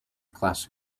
classic